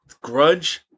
Grudge